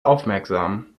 aufmerksam